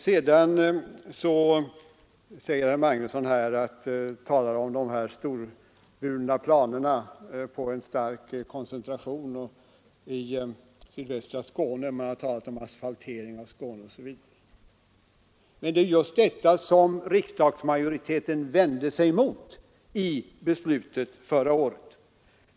Herr Magnusson i Kristinehamn talar om de storvulna planerna på en stark koncentration i sydvästra Skåne. Det har talats om asfaltering av Skåne osv. Det var just detta som riksdagsmajoriteten vände sig mot i beslutet förra året.